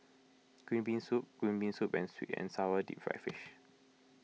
Green Bean Soup Green Bean Soup and Sweet and Sour Deep Fried Fish